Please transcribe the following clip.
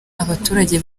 abaturage